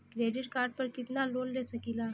Credit card पर कितनालोन ले सकीला?